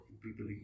People